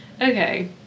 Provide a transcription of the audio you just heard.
Okay